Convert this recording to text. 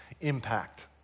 impact